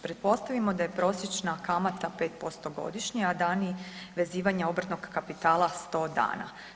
Pretpostavimo da je prosječna kamata 5% godišnje a dani vezivanja obrtnog kapitala 100 dana.